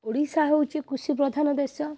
ଓଡ଼ିଶା ହେଉଛି କୃଷି ପ୍ରଧାନ ଦେଶ